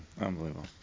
Unbelievable